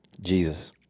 Jesus